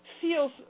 feels